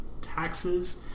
Taxes